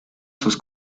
sus